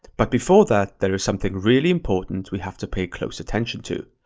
but before that, there is something really important we have to pay close attention to.